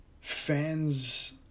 fans